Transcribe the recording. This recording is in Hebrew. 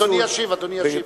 אדוני ישיב,